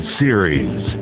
series